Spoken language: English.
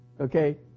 okay